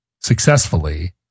successfully